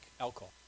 alcohol